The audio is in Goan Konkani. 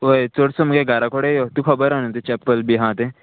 होय चडसो मुगे घोरा कोडे यो तुका खोबोर आहा न्हू तें चॅपल बी आहा तें